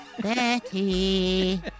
Betty